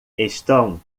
estão